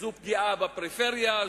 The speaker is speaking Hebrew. וזו פגיעה בפריפריה,